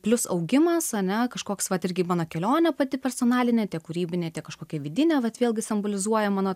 plius augimas ane kažkoks vat irgi mano kelionė pati personalinė tiek kūrybinė tiek kažkokia vidinė vat vėlgi simbolizuoja mano